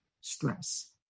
stress